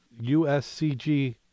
USCG